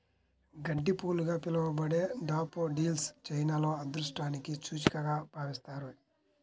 గడ్డిపూలుగా పిలవబడే డాఫోడిల్స్ చైనాలో అదృష్టానికి సూచికగా భావిస్తారు